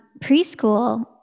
preschool